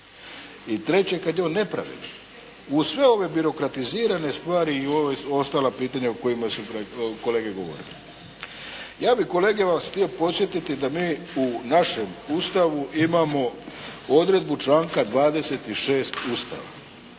I treće, kad je on nepravedan uz sve ove birokratizirane stvari i ova ostala pitanja o kojima su kolege govorili. Ja bih kolege vas htio podsjetiti da mi u našem Ustavu imamo odredbu članka 26. Ustava